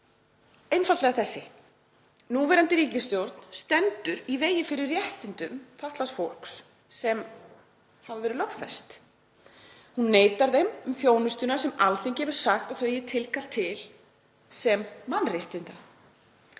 einfaldlega þessi: Núverandi ríkisstjórn stendur í vegi fyrir réttindum fatlaðs fólks sem hafa verið lögfest. Hún neitar því um þjónustuna sem Alþingi hefur sagt að það eigi tilkall til sem mannréttinda.